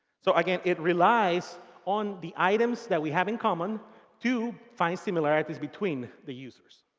so, again, it relies on the items that we have in common to find similarities between the users.